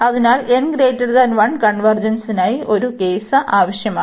അതിനാൽ n≥1 കൺവെർജെൻസിനായി ഒരു കേസ് ആവശ്യമാണ്